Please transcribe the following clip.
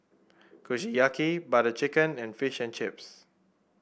Kushiyaki Butter Chicken and Fish and Chips